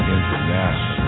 International